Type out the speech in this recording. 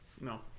No